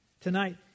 tonight